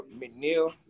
McNeil